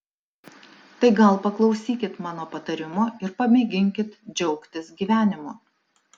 tai gal paklausykit mano patarimo ir pamėginkit džiaugtis gyvenimu